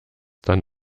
dann